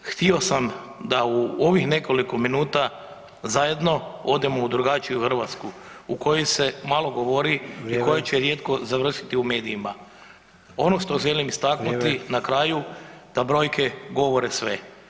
Htio sam da u ovih nekoliko minuta zajedno odemo u drugačiju Hrvatsku o kojoj se malo govori, koja će rijetko završiti u medijima [[Upadica Sanader: Vrijeme.]] Ono što želim istaknuti na kraju da brojke govore sve.